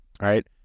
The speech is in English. right